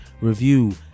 review